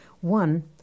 One